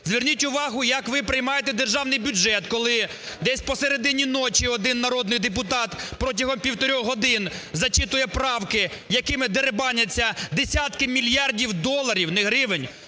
Зверніть увагу, як ви приймаєте державний бюджет, коли десь посередині ночі один народний депутат протягом півтори годин зачитує правки, якими дерибаняться десятки мільярдів доларів, не гривень